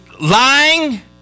lying